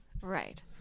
Right